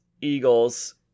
Eagles